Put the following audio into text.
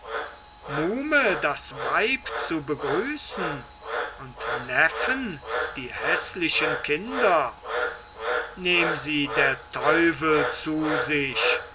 muhme das weib zu begrüßen und neffen die häßlichen kinder nehm sie der teufel zu sich